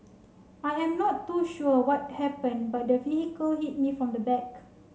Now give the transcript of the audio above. I am not too sure what happened but the vehicle hit me from the back